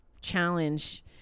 challenge